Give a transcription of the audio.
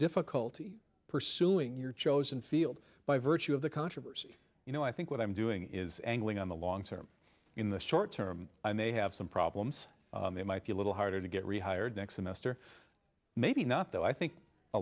difficulty pursuing your chosen field by virtue of the controversy you know i think what i'm doing is angling on the long term in the short term and they have some problems they might be a little harder to get rehired next semester maybe not though i think a